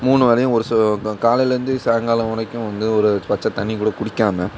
மூணு வேளையும் ஒரு சொ க காலையிலேருந்து சாயங்காலம் வரைக்கும் வந்து ஒரு பச்சை தண்ணிக் கூட குடிக்காமல்